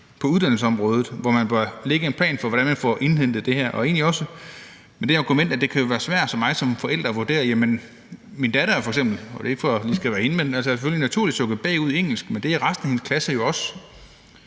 på uddannelsesområdet, hvor man bør lægge en plan for, hvordan man får indhentet det her, også med det argument, at det jo kan være svært for mig som forælder at vurdere, om min datter f.eks. sakker bagud, og det er ikke, fordi det lige skal være hende. Men hun kan naturligvis sakke bagud i engelsk, men det gør resten af hendes klasse jo også.